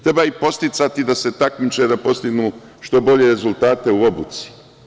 Treba ih podsticati da se takmiče, da postignu što bolje rezultate u obuci.